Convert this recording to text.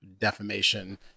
defamation